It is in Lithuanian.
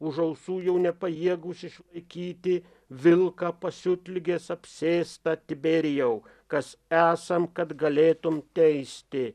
už ausų jau nepajėgūs išlaikyti vilką pasiutligės apsėstą tiberijau kas esam kad galėtum teisti